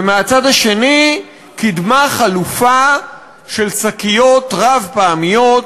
ומהצד השני, קידמה חלופה של שקיות רב-פעמיות,